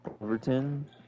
Overton